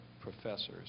professors